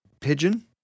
pigeon